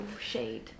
shade